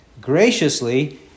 graciously